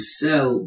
sell